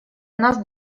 нас